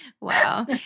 Wow